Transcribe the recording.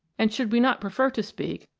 and should we not pre fer to speak,